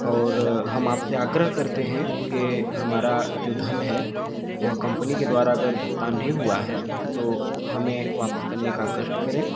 और हम आपसे आग्रह करते हैं कि हमारा जो धन है वह कंपनी के द्वारा अगर भुगतान नहीं हुआ है तो हमें वापस करने का कष्ट करें